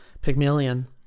pygmalion